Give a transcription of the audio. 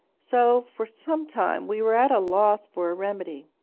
so for some time we were at a loss for a remedy.